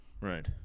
Right